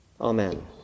Amen